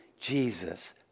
Jesus